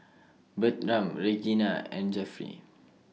Bertram Regina and Jeffry